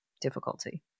difficulty